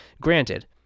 Granted